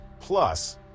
Plus